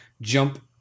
jump